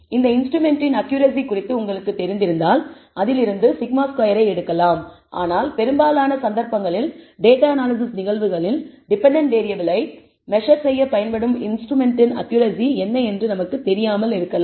இந்த இன்ஸ்ட்ருமென்ட்டின் அக்கியூரசி குறித்து உங்களுக்கு தெரிந்திருந்தால் அதிலிருந்து σ2 ஐ எடுக்கலாம் ஆனால் பெரும்பாலான சந்தர்ப்பங்களில் டேட்டா அனாலிசிஸ் நிகழ்வுகளில் டிபென்டன்ட் வேறியபிள்ளை மெஸர் செய்ய பயன்படும் இன்ஸ்ட்ருமென்ட்டின் அக்கியூரசி என்ன என்று நமக்கு தெரியாமல் இருக்கலாம்